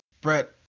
Brett